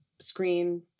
screen